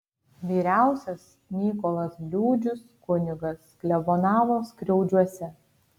vyriausias mykolas bliūdžius kunigas klebonavo skriaudžiuose